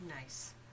Nice